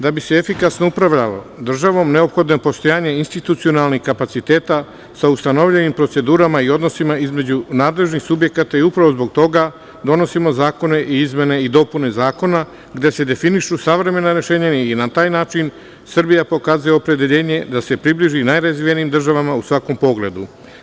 Da bi se efikasno upravljalo državom neophodno je postojanje institucionalnih kapaciteta sa ustanovljenim procedurama i odnosima između nadležnih subjekata i upravu zbog toga donosimo zakone i izmene i dopune zakona gde su definišu savremena rešenja, i na taj način Srbija pokazuje opredeljenje da se približi najrazvijenim državama u svakom pogledu.